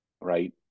right